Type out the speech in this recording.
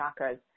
chakras